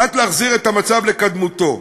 על מנת להחזיר את המצב לקדמותו,